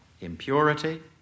impurity